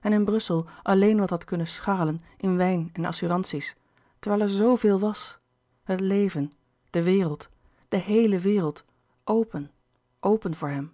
en in brussel alleen wat had kunnen scharrelen in wijn en assuranties terwijl er zooveel was het leven de wereld de heele wereld open open voor hem